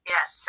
Yes